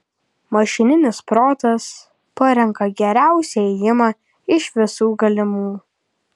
mašininis protas parenka geriausią ėjimą iš visų galimų